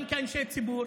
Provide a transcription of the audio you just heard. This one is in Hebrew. גם כאנשי ציבור,